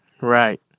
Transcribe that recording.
Right